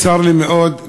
צר לי מאוד,